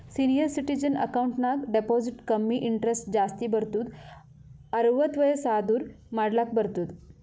senior citizen account ನಾಗ್ deposit ಕಮ್ಮಿ interest ಜಾಸ್ತಿ ಬರ್ತುದ್ ಅರ್ವತ್ತ್ ವಯಸ್ಸ್ ಆದೂರ್ ಮಾಡ್ಲಾಕ ಬರ್ತುದ್